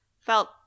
felt